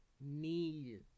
need